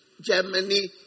Germany